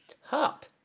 hop